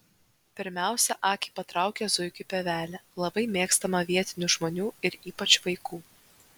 pirmiausia akį patraukia zuikių pievelė labai mėgstama vietinių žmonių ir ypač vaikų